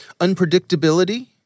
unpredictability